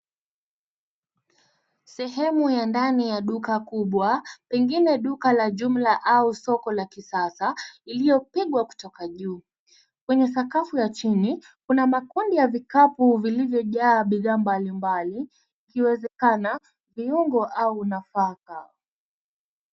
Sehemu ya ndani ya duka kubwa pengine duka la jumla au soko la kisasa iliyopigwa kutoka juu. Kwenye sakafu ya chini kuna makundi ya vikapu vilivyojaa bidhaa mbali mbali ikiwezekana viungo au nafaka.